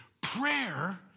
Prayer